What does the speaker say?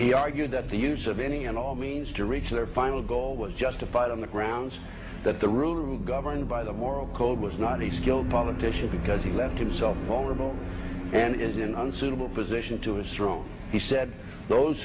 be argued that the use of any and all means to reach their final goal was justified on the grounds that the rule well governed by the moral code was not a skilled politician because he left consult vulnerable and is an unsuitable position to a strong he said those